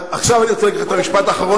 עכשיו אני רוצה להגיד לך את המשפט האחרון,